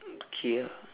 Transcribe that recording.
okay ah